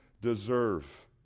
deserve